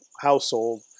household